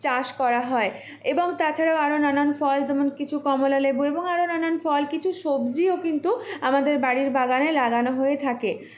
চাষ করা হয় এবং তাছাড়াও আরো নানান ফল যেমন কিছু কমলালেবু এবং আরও নানান ফল কিছু সবজিও কিন্তু আমাদের বাড়ির বাগানে লাগানো হয়ে থাকে